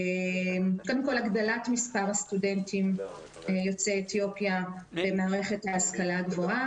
קודם כל הגדלת מספר הסטודנטים יוצאי אתיופיה במערכת להשכלה גבוהה.